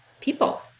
people